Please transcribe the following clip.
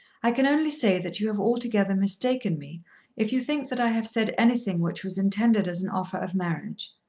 i can only say that you have altogether mistaken me if you think that i have said anything which was intended as an offer of marriage.